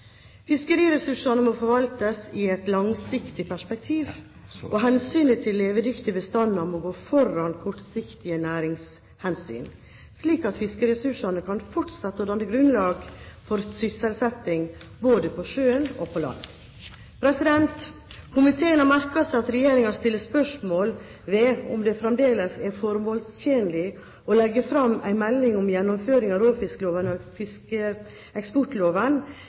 må forvaltes i et langsiktig perspektiv. Hensynet til levedyktige bestander må gå foran kortsiktige næringshensyn, slik at fiskeressursene kan fortsette å danne grunnlag for sysselsetting både på sjøen og på land. Komiteen har merket seg at Regjeringen stiller spørsmål ved om det fremdeles er formålstjenlig å legge fram en melding om gjennomføring av råfiskloven og